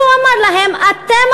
ואומר להם: אתם,